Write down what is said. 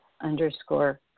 underscore